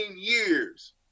years